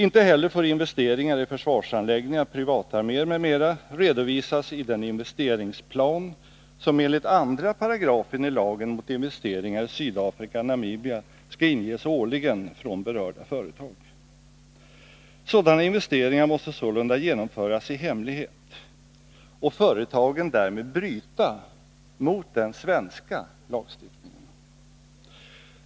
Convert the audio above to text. Inte heller får investeringar i försvarsanläggningar, privatarméer m.m. redovisas i den investeringsplan som enligt 2 § i lagen om förbud mot investeringar i Sydafrika och Namibia skall inges årligen från berörda företag. Sådana investeringar måste sålunda genomföras i hemlighet, och företagen måste därmed bryta mot den svenska lagstiftningen.